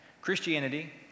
Christianity